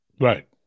Right